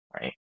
Right